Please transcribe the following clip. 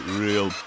real